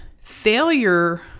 failure